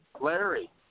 Larry